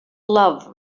love